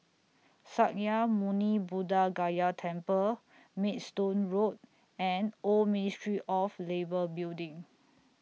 Sakya Muni Buddha Gaya Temple Maidstone Road and Old Ministry of Labour Building